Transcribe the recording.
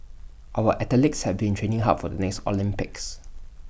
our athletes have been training hard for the next Olympics